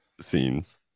scenes